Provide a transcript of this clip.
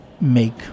make